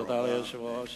תודה ליושב-ראש.